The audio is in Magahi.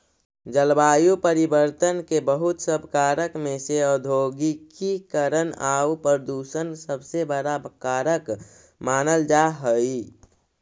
जलवायु परिवर्तन के बहुत सब कारक में से औद्योगिकीकरण आउ प्रदूषण सबसे बड़ा कारक मानल जा हई